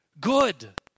Good